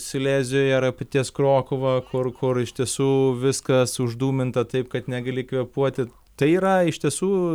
silezijoj ar apie ties krokuva kur kur iš tiesų viskas uždūminta taip kad negali kvėpuoti tai yra iš tiesų